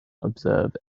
observe